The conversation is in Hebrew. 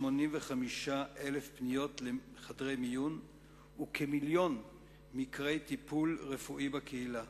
185,000 פניות לחדרי מיון וכמיליון מקרי טיפול רפואי בקהילה.